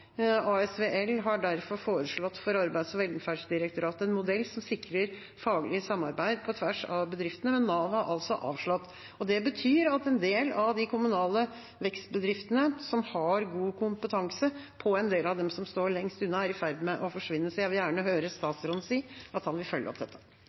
Arbeids- og velferdsdirektoratet en modell som sikrer faglig samarbeid på tvers av bedriftene, men Nav har altså avslått. Det betyr at en del av de kommunale vekstbedriftene som har god kompetanse på en del av dem som står lengst unna, er i ferd med å forsvinne. Så jeg vil gjerne høre